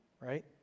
right